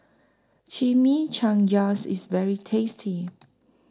Chimichangas IS very tasty